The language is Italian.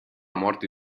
morte